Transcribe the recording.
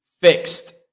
fixed